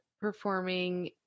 performing